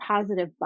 positive